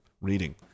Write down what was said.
reading